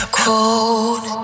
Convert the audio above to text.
cold